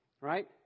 right